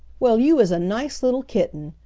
well, you is a nice little kitten,